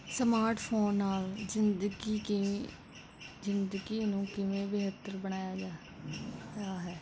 smart phone ਨਾਲ ਜ਼ਿੰਦਗੀ ਕੀ ਜ਼ਿੰਦਗੀ ਨੂੰ ਕਿਵੇਂ ਬਿਹਤਰ ਬਣਾਇਆ ਜਾ ਆ ਹੈ